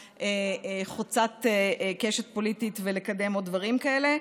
חוצת קשת פוליטית ולקדם עוד דברים כאלה.